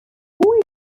wore